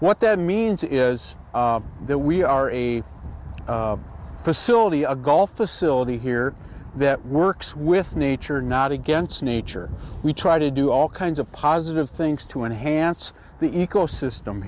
what that means is that we are a facility a gulf a silty here that works with nature not against nature we try to do all kinds of positive things to enhance the ecosystem